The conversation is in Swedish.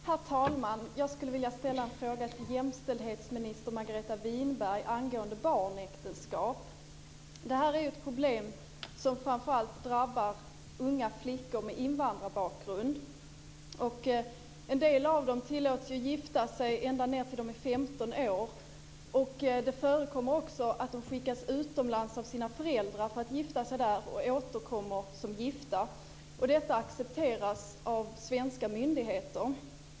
Herr talman! Jag skulle vilja ställa en fråga till jämställdhetsminister Margareta Winberg angående barnäktenskap. Det här är ju ett problem som framför allt drabbar unga flickor med invandrarbakgrund. En del av dem tillåts gifta sig ända ned till 15 år. Det förekommer också att de skickas utomlands av sina föräldrar för att gifta sig där och återkommer som gifta, och detta accepteras av svenska myndigheter.